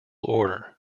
order